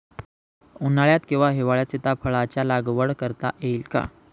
उन्हाळ्यात किंवा हिवाळ्यात सीताफळाच्या लागवड करता येईल का?